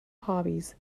hobbies